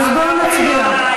חבר הכנסת עפו אגבאריה,